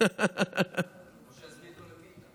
או שיזמין אותו לפיתה.